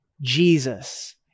Jesus